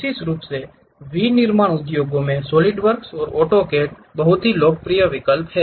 विशेष रूप से विनिर्माण उद्योगों में सॉलिडवर्क्स और ऑटोकैड लोकप्रिय विकल्प हैं